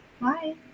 Bye